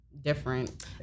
different